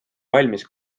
valmis